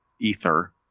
ether